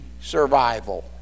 survival